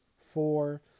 four